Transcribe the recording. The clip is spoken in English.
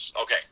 Okay